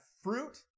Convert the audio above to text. fruit